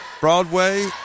Broadway